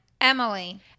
Emily